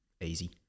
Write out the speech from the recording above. easy